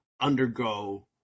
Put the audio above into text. undergo